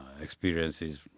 experiences